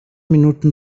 minuten